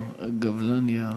הגבלן ייהרס.